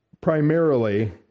primarily